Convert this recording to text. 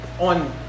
on